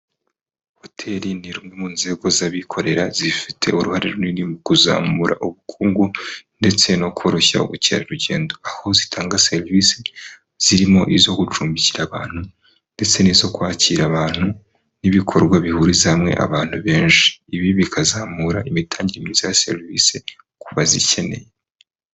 Hoteli ni rumwe mu nzego z'abikorera zifite uruhare runini mu kuzamura ubukungu ndetse no koroshya ubukerarugendo aho zitanga serivisi zirimo izo gucumbikira abantu, ndetse n'izo kwakira abantu n'ibikorwa bihuriza hamwe abantu benshi ibi bikazamura imitangire mi myiza ya serivisi ku bazikeneye.